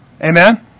Amen